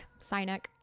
Sinek